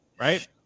right